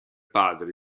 padre